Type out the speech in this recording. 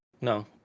No